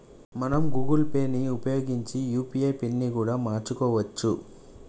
మనం Google Pay ని ఉపయోగించి యూ.పీ.ఐ పిన్ ని కూడా మార్చుకోవచ్చు